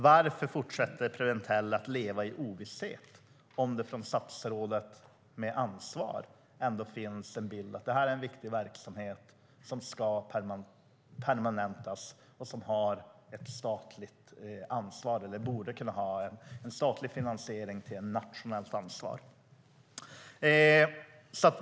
Varför fortsätter Preventell att leva i ovisshet om statsrådet som har ansvar för detta ändå anser att detta är en viktig verksamhet som ska permanentas och som borde kunna ha en statlig finansiering och ett nationellt ansvar?